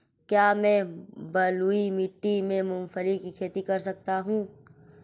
क्या मैं बलुई मिट्टी में मूंगफली की खेती कर सकता हूँ?